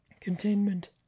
containment